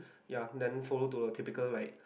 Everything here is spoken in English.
ya then follow to the typical like